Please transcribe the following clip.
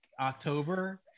October